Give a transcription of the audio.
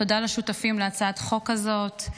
תודה לשותפים להצעת חוק הזאת.